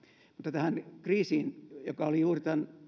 tähän kriisiin joka oli juuri tämän